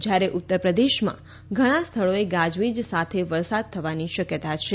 જ્યારે ઉત્તરપ્રદેશમાં ઘણા સ્થળોએ ગાજવીજ સાથે વરસાદ થવાની શક્યતા છે